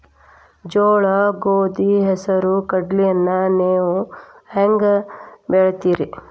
ಜೋಳ, ಗೋಧಿ, ಹೆಸರು, ಕಡ್ಲಿಯನ್ನ ನೇವು ಹೆಂಗ್ ಬೆಳಿತಿರಿ?